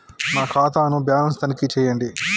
నా ఖాతా ను బ్యాలన్స్ తనిఖీ చేయండి?